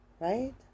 Right